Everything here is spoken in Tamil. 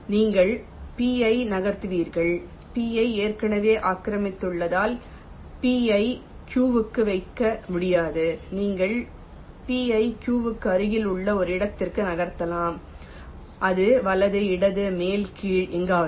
நீங்கள் p ஐ நகர்த்துவீர்கள் p ஐ ஏற்கனவே ஆக்கிரமித்துள்ளதால் p ஐ q க்குள் வைக்க முடியாது நீங்கள் p ஐ q க்கு அருகில் உள்ள ஒரு இடத்திற்கு நகர்த்தலாம் இது வலது இடது மேல் கீழ் எங்காவது